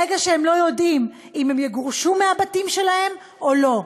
ברגע שהם לא יודעים אם הם יגורשו מהבתים שלהם או לא,